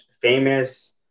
famous